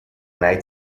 night